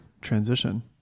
transition